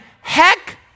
heck